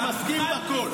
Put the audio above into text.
המבחן הוא מבחן המעשים,